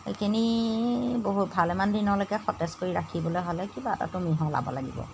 সেইখিনি বহুত ভাল ইমান দিনলৈকে সতেজ কৰি ৰাখিবলৈ হ'লে কিবা এটাটো মিহলাব লাগিব